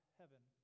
heaven